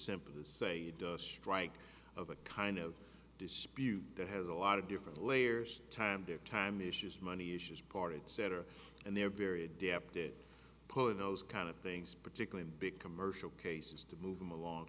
simple to say it does strike of a kind of dispute that has a lot of different layers time to time issues money issues parted setter and they're very adaptive put those kind of things particularly big commercial cases to move them along